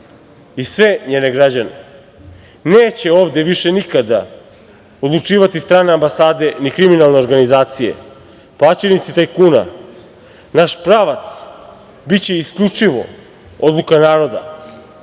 i sve njene građane. Neće ovde više nikada odlučivati strane ambasade ni kriminalne organizacije, plaćenici tajkuna. Naš pravac biće isključivo odluka naroda.